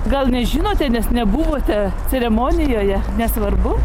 gal nežinote nes nebuvote ceremonijoje nesvarbu